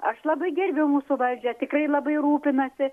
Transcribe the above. aš labai gerbiu mūsų valdžią tikrai labai rūpinasi